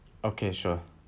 okay sure